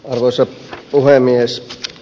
arvoisa puhemies